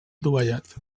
dovellat